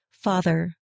Father